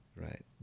Right